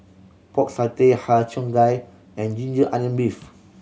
Pork Satay Har Cheong Gai and ginger onion beef